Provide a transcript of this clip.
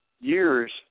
years